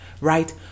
right